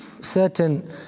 certain